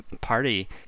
party